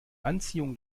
anziehung